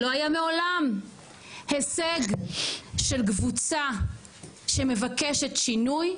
שלא היה מעולם הישג של קבוצה שמבקשת שינוי,